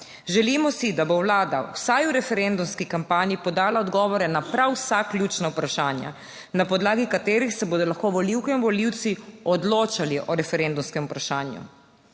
Želimo si, da bo Vlada vsaj v referendumski kampanji podala odgovore na prav vsa ključna vprašanja, na podlagi katerih se bodo lahko volivke in volivci odločali o referendumskem vprašanju.